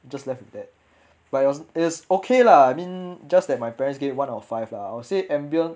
just left with that but it was it's okay lah I mean just that my parents gave one of five lah I would say ambience